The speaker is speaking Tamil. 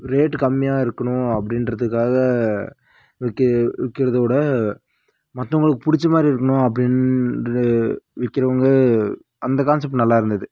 ரேட்டு கம்மியாக இருக்கணும் அப்படின்றதுக்காக விற்க விக்கிறத விட மற்றவங்களுக்கு பிடிச்ச மாதிரி இருக்கணும் அப்படினு விற்கிறவங்க அந்த கான்செப்ட் நல்லாயிருந்துது